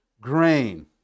grain